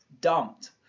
dumped